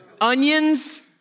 onions